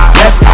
yes